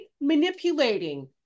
manipulating